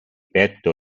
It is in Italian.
petto